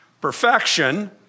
perfection